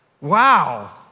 Wow